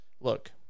Look